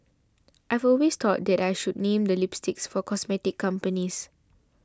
I've always thought that I should name the lipsticks for cosmetic companies